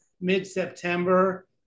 mid-September